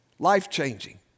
Life-changing